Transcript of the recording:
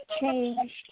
changed